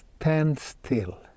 standstill